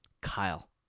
Kyle